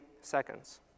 seconds